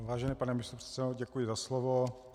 Vážený pane místopředsedo, děkuji za slovo.